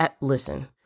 Listen